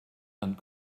and